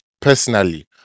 personally